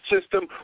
system